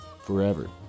forever